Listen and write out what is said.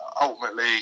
ultimately